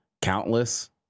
Countless